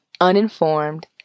uninformed